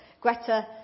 Greta